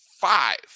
five